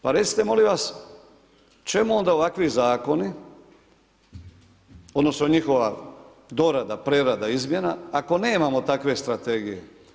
Pa recite molim vas, čemu onda ovakvi zakoni odnosno njihova dorada, prerada, izmjena ako nemamo takve strategije?